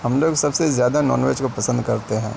ہم لوگ سب سے زیادہ نان ویج کو پسند کرتے ہیں